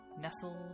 nestled